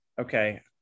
okay